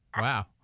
Wow